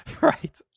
Right